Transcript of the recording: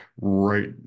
right